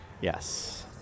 Yes